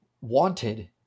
Wanted